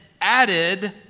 added